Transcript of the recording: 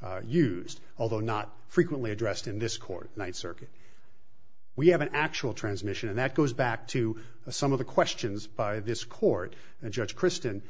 been used although not frequently addressed in this court night circuit we have an actual transmission and that goes back to some of the questions by this court judge kristen